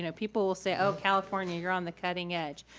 and people will say, oh, california, you're on the cutting edge.